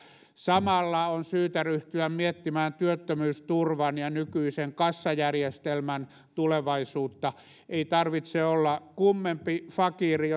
samalla on syytä ryhtyä miettimään työttömyysturvan ja nykyisen kassajärjestelmän tulevaisuutta ei tarvitse olla kummempi fakiiri